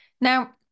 Now